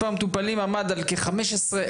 מספר המטופלים עמד על כ-15,000,